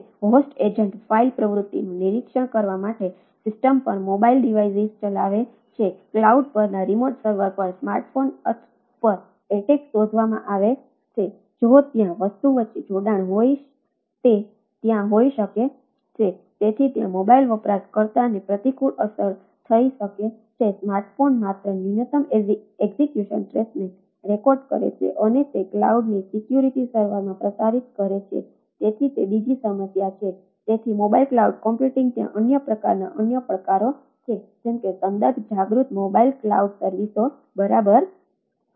host agent file પ્રવૃત્તિનું નિરીક્ષણ કરવા માટે સિસ્ટમ પર મોબાઇલ ડિવાઈસ સર્વિસો બરાબર છે